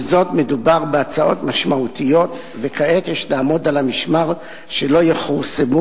עם זאת מדובר בהצעות משמעותיות וכעת יש לעמוד על המשמר שלא יכורסמו